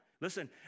listen